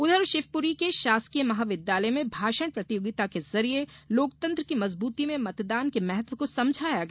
उधर शिवपुरी के शासकीय महाविद्यालय में भाषण प्रतियोगिता के जरिए लोकतंत्र की मजबूती में मतदान के महत्व को समझाया गया